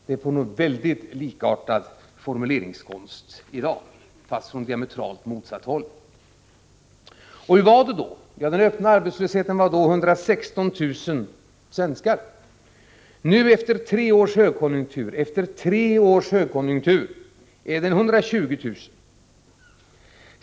Det är en väldigt likartad formuleringskonst vi får ta del av i dag, fast från diametralt motsatt håll. Hur var det då 1982? Jo, den öppna arbetslösheten omfattade 116 000 svenskar. Nu -— efter tre års högkonjunktur — är siffran 120 000.